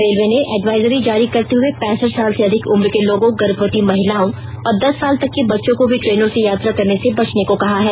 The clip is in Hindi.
रेलवे ने एडवाइजरी जारी करते हुए पैंसठ साल से अधिक उम्र के लोगों गर्भवती महिलाओं और दस साल तक के बच्चों को भी ट्रेनों से यात्रा करने से बचने को कहा है